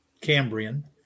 Cambrian